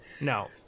No